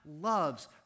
loves